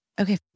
Okay